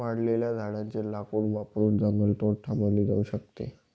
वाळलेल्या झाडाचे लाकूड वापरून जंगलतोड थांबवली जाऊ शकते